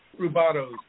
rubatos